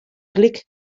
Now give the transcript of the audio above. klik